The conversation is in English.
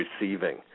receiving